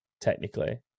technically